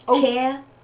care